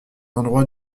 endroits